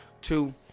Two